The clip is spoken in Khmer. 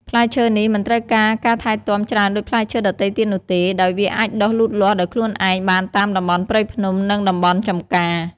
ផ្លែឈើនេះមិនត្រូវការការថែទាំច្រើនដូចផ្លែឈើដទៃទៀតនោះទេ ដោយវាអាចដុះលូតលាស់ដោយខ្លួនឯងបានតាមតំបន់ព្រៃភ្នំ និងតំបន់ចម្ការ។